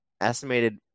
estimated